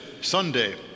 Sunday